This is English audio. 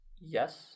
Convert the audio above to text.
Yes